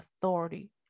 authority